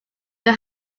new